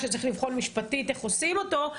שצריך לבחון משפטית איך עושים אותו,